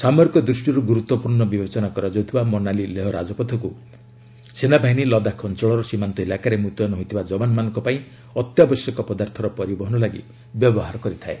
ସାମରିକ ଦୃଷ୍ଟିରୁ ଗୁରୁତ୍ୱପୂର୍ଣ୍ଣ ବିବେଚନା କରାଯାଉଥିବା ମନାଲୀ ଲେହ ରାଜପଥକ୍ତ ସେନାବାହିନୀ ଲଦାଖ ଅଞ୍ଚଳର ସୀମାନ୍ତ ଇଲାକାରେ ମୁତୟନ ହୋଇଥିବା ଯବାନମାନଙ୍କ ପାଇଁ ଅତ୍ୟାବଶ୍ୟକ ପଦାର୍ଥର ପରିବହନ ଲାଗି ବ୍ୟବହାର କରିଥାଏ